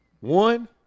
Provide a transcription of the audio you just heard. one